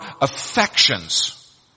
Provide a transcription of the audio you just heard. affections